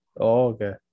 okay